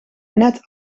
net